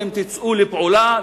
תצאו לפעולה,